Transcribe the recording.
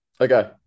okay